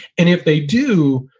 and if they do,